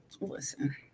Listen